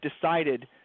decided